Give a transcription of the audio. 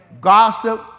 gossip